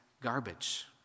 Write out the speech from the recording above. garbage